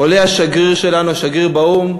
עולה השגריר שלנו, השגריר באו"ם,